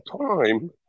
time